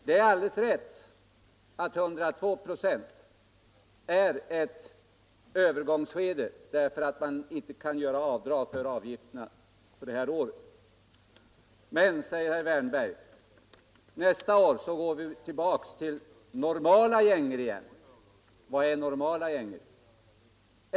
Det är alldeles rätt att ett skatteuttag på 102 96 är ett övergångsproblem därför att man inte kan göra avdrag för avgifterna för det här året. Men, säger herr Wärnberg, nästa år är man tillbaka i normala gängor igen. Vad är normala gängor?